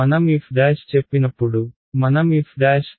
మనం f' చెప్పినప్పుడు